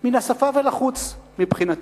מן השפה ולחוץ מבחינתי.